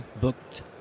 booked